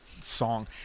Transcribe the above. song